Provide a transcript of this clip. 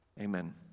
Amen